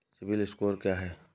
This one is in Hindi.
सिबिल स्कोर क्या है?